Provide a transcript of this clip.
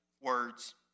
words